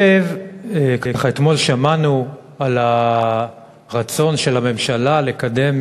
אתמול שמענו על הרצון של הממשלה לקדם